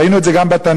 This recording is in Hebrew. ראינו את זה גם בנת"צים.